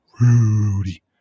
Rudy